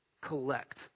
collect